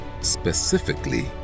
specifically